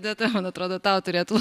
odeta man atrodo tau turėtų